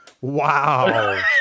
Wow